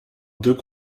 deux